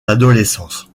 adolescence